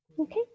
Okay